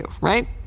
right